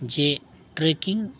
tracking